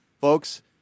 folks